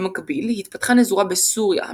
במקביל התפתחה נזורה בסוריה,